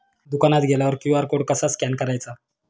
दुकानात गेल्यावर QR code कसा स्कॅन करायचा?